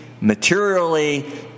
materially